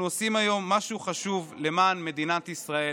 אנחנו עושים היום משהו חשוב למען מדינת ישראל,